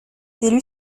élu